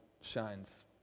shines